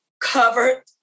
covered